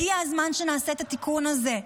הגיע הזמן שנעשה את התיקון הזה.